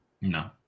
No